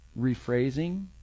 Rephrasing